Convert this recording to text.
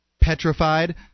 petrified